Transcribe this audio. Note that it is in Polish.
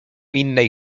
innej